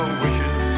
wishes